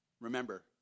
Remember